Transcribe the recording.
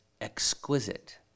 exquisite